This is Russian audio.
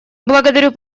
благодарю